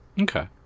Okay